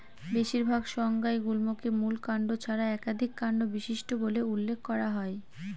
বেশিরভাগ সংজ্ঞায় গুল্মকে মূল কাণ্ড ছাড়া একাধিক কাণ্ড বিশিষ্ট বলে উল্লেখ করা হয়